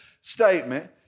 statement